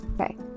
Okay